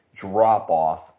drop-off